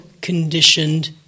conditioned